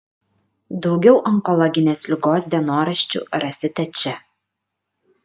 daugiau onkologinės ligos dienoraščių rasite čia